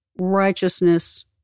righteousness